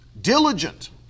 diligent